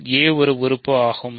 a ஒருஉறுப்பு ஆகும்